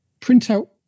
printout